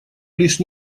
лишь